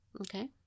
Okay